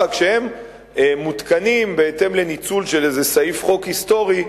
רק שהם מותקנים בהתאם לניצול של איזה סעיף חוק היסטורי,